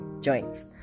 joints